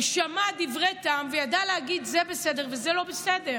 והוא שמע דברי טעם וידע להגיד: זה בסדר וזה לא בסדר,